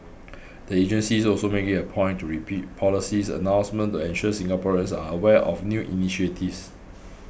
the agencies also make it a point repeat policy announcements to ensure Singaporeans are aware of new initiatives